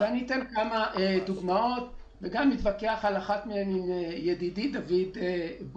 אני אתן כמה דוגמאות וגם אתווכח על אחת מהן עם ידידי דוד בועז.